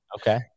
okay